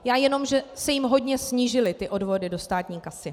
Já jenom, že se jim hodně snížily odvody do státní kasy.